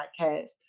podcast